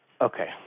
Okay